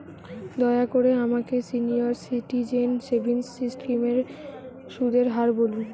দয়া করে আমাকে সিনিয়র সিটিজেন সেভিংস স্কিমের সুদের হার বলুন